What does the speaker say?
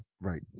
Right